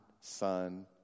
son